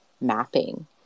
mapping